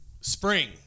spring